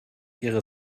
ihre